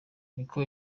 niko